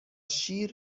شیر